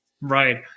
Right